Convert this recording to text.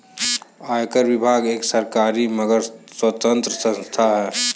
आयकर विभाग एक सरकारी मगर स्वतंत्र संस्था है